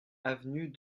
avenue